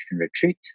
retreat